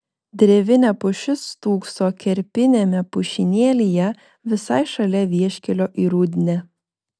drevinė pušis stūkso kerpiniame pušynėlyje visai šalia vieškelio į rudnią